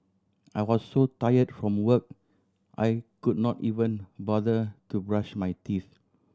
I was so tired from work I could not even bother to brush my teeth